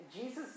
Jesus